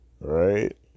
right